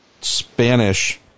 Spanish